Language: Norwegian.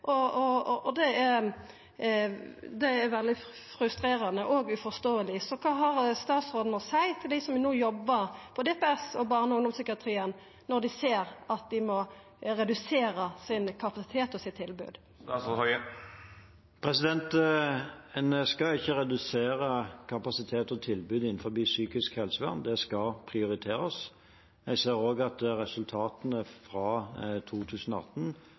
Det er veldig frustrerande og uforståeleg. Så kva har statsråden å seia til dei som no jobbar på DPS og i barne- og ungdomspsykiatrien, når dei ser at dei må redusera kapasiteten kapasitet og tilbodet? En skal ikke redusere kapasiteten og tilbudet innenfor psykisk helsevern. Det skal prioriteres. Jeg ser at resultatene fra 2018